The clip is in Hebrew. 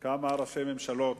כמה ראשי ממשלה,